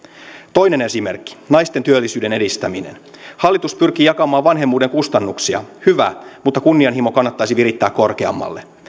toinen esimerkki naisten työllisyyden edistäminen hallitus pyrkii jakamaan vanhemmuuden kustannuksia hyvä mutta kunnianhimo kannattaisi virittää korkeammalle